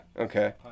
Okay